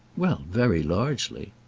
well very largely.